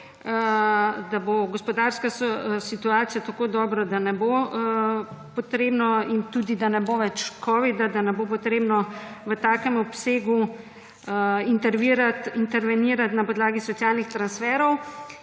da bo gospodarska situacija tako dobra, da ne bo potrebno, in tudi da ne bo več covida, da ne bo potrebno v takem obsegu intervenirati na podlagi socialnih transferjev.